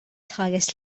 tħares